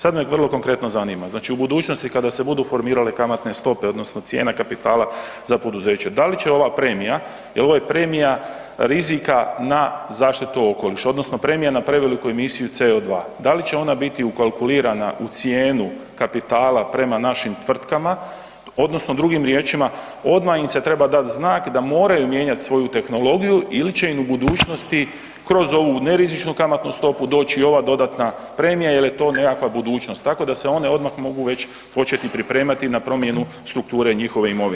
Sad me vrlo konkretno zanima, znači u budućnosti kada se budu formirale kamatne stope odnosno cijena kapitala za poduzeća, da li će ova premija, jer ovo je premija rizika na zaštitu okoliša, odnosno premija na prevelikoj emisiji CO2, dal i će ona biti ukalkulirana u cijenu kapitala prema našim tvrtkama odnosno drugim riječima, odmah im se treba znak da moraju mijenjat svoju tehnologiju ili će im u budućnosti kroz ovu nerizičnu kamatnu stopu doći ova dodatna premija jer je to nekakva budućnost, tako da se one odmah mogu već početi pripremati na promjenu strukture njihove imovine.